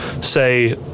say